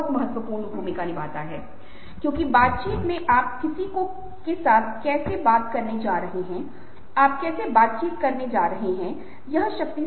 यहां तक कि आप पाते हैं कि यह विषम है दोनों ही मामलों में आप पाते हैं कि भाव विषम हैं